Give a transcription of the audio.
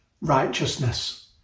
righteousness